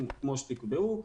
כמו שתקבעו,